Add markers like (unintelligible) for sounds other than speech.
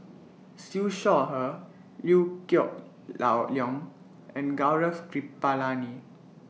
Siew Shaw Her Liew Geok (unintelligible) Leong and Gaurav Kripalani